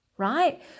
right